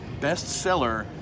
bestseller